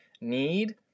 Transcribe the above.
need